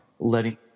letting